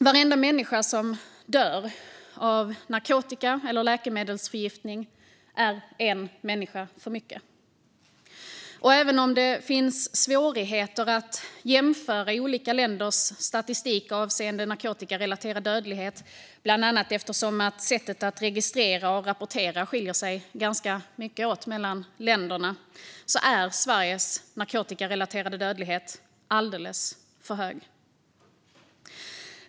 Varje människa som dör av narkotika eller läkemedelsförgiftning är en människa för mycket. Även om det finns svårigheter i att jämföra olika länders statistik avseende narkotikarelaterad dödlighet, bland annat eftersom sättet att registrera och rapportera skiljer sig åt ganska mycket mellan länder, kan vi konstatera att Sveriges narkotikarelaterade dödlighet är alldeles för hög.